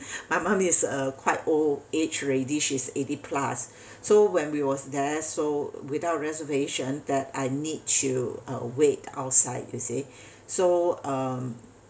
my mom is uh quite old age already she's eighty plus so when we was there so without reservation that I need to uh wait outside you see so um